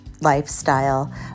lifestyle